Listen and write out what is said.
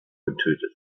getötet